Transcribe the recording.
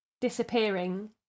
disappearing